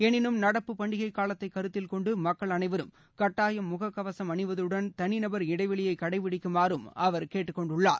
எனினும் நடப்பு பண்டிகை காலத்தை கருத்தில் கொண்டு மக்கள் அனைவரும் கட்டாயம் முகக்கவசும் அணிவதுடன் தனி நபர் இடைவெளியை கடைப்பிடிக்குமாறும் அவர் கேட்டுக் கொண்டுள்ளார்